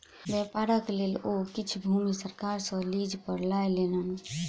व्यापारक लेल ओ किछ भूमि सरकार सॅ लीज पर लय लेलैन